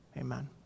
amen